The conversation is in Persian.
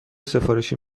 سفارشی